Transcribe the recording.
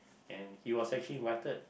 and he was actually invited